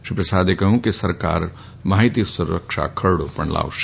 શ્રી પ્રસાદે કહ્યું કે સરકાર માહીતી સુરક્ષા ખરડી લાવશે